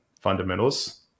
fundamentals